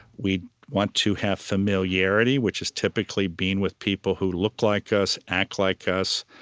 we want to have familiarity, which is typically being with people who look like us, act like us,